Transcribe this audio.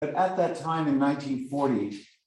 ‫אבל בזמן הזה, ב-1940...